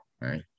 right